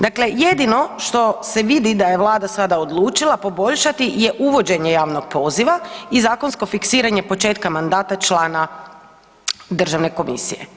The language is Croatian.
Dakle jedino što se vidi da je Vlada sada odlučila poboljšati je uvođenje javnog poziva i zakonsko fiksiranje početka mandata člana Državne komisije.